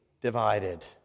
divided